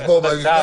אז בואו נסכם.